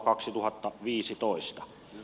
kysynkin